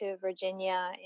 Virginia